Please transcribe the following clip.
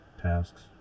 tasks